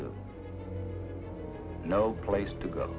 do no place to go